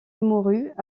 mourut